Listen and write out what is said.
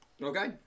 Okay